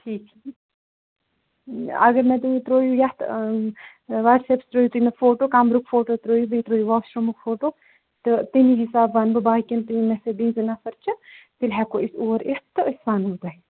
ٹھیٖک چھُ اگر مےٚ تُہۍ ترٛٲیِو یَتھ وَٹٕس ایپس ترٛٲیِو تُہۍ مےٚ فوٹو کَمرُک فوٹو ترٛٲیِو بیٚیہِ ترٛٲیِو واشروٗمُک فوٹو تہٕ تمے حِسابہٕ وَنہٕ بہٕ باقیَن تہِ یِم مےٚ سۭتۍ بیٚیہِ زٕ نَفَر چھِ تیٚلہِ ہٮ۪کو أسۍ اور یِتھ تہٕ أسۍ وَنو تۄہہِ